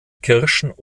kirschen